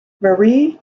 marie